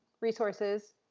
resources